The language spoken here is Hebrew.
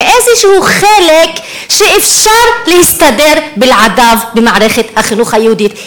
מאיזשהו חלק שאפשר להסתדר בלעדיו במערכת החינוך היהודית.